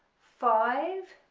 five,